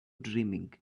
dreaming